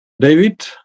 David